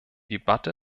debatte